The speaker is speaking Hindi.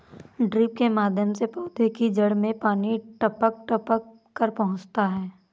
ड्रिप के माध्यम से पौधे की जड़ में पानी टपक टपक कर पहुँचता है